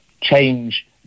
change